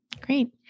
great